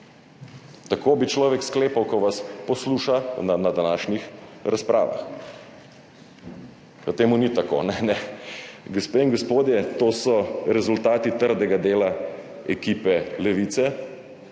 Tako bi človek sklepal, ko vas posluša na današnji razpravi. Pa to ni tako, ne, gospe in gospodje, to so rezultati trdega dela ekipe Levice,